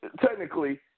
technically